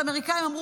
האמריקאים,